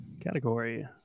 category